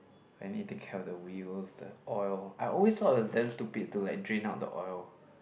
I need take care of the wheels the oil I always thought it was damn stupid to like drain out the oil